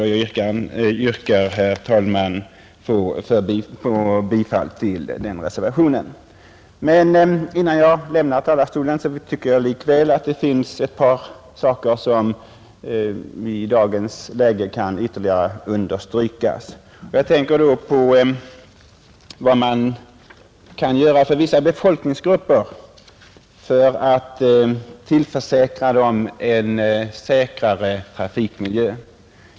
Jag yrkar, herr talman, bifall till den reservationen. Men innan jag lämnar talarstolen vill jag framhålla ett par saker som i dagens läge bör ytterligare understrykas, Jag tänker då på vad man kan göra för att tillförsäkra vissa befolkningsgrupper en säkrare trafikmiljö.